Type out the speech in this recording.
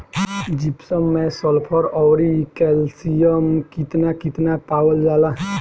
Gypsum मैं sulphur औरी calcium कितना कितना पावल जाला?